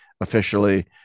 officially